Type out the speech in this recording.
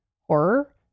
horror